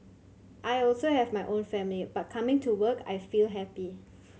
I also have my own family but coming to work I feel happy